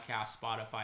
Spotify